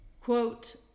Quote